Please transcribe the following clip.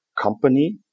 company